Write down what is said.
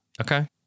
Okay